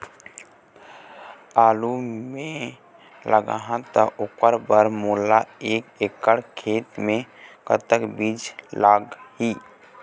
आलू मे लगाहा त ओकर बर मोला एक एकड़ खेत मे कतक बीज लाग ही?